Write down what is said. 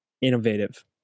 innovative